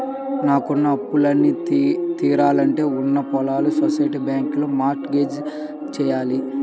నాకున్న అప్పులన్నీ తీరాలంటే ఉన్న పొలాల్ని సొసైటీ బ్యాంకులో మార్ట్ గేజ్ జెయ్యాల